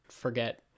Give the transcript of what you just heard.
forget